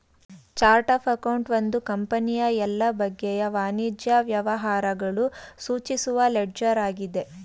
chart of account ಒಂದು ಕಂಪನಿಯ ಎಲ್ಲ ಬಗೆಯ ವಾಣಿಜ್ಯ ವ್ಯವಹಾರಗಳು ಸೂಚಿಸುವ ಲೆಡ್ಜರ್ ಆಗಿದೆ